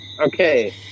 Okay